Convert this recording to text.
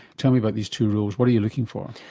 tell me about these two rules, what are you looking for?